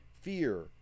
Fear